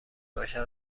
باشد